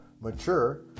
mature